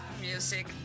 music